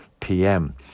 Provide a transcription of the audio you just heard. PM